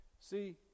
See